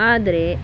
ಆದರೆ